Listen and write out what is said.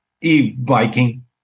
e-biking